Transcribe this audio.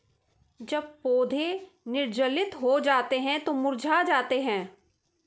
जब पौधे निर्जलित हो जाते हैं तो मुरझा जाते हैं